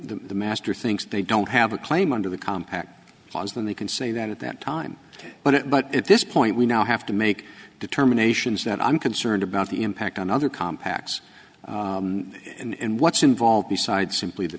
the master thinks they don't have a claim under the compact laws then we can say that at that time but it but at this point we now have to make determinations that i'm concerned about the impact on other compacts and what's involved besides simply the